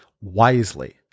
Wisely